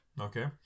okay